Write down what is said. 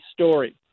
story